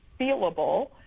feelable